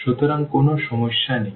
সুতরাং কোনও সমস্যা নেই